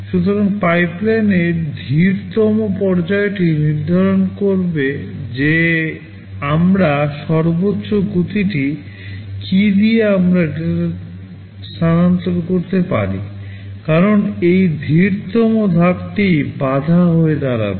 সুতরাং পাইপলাইনের ধীরতম পর্যায়টি নির্ধারণ করবে যে আমরা সর্বোচ্চ গতিটি কী দিয়ে আমরা ডেটা স্থানান্তর করতে পারি কারণ এই ধীরতম ধাপটি বাধা হয়ে দাঁড়াবে